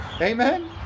amen